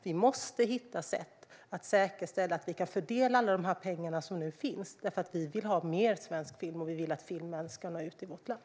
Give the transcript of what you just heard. Vi måste hitta sätt att säkerställa att vi kan fördela alla de pengar som nu finns, för vi vill ha mer svensk film, och vi vill att filmen ska nå ut i vårt land.